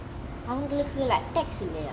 அவங்களுக்கு:avangaluku tax இல்லையா:illaya